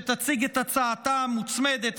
שתציג את הצעתה המוצמדת,